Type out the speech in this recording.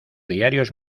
diarios